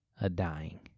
a-dying